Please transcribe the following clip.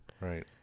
right